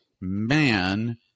man